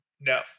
No